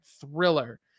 thriller